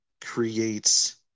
creates